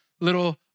little